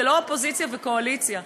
זה לא אופוזיציה וקואליציה,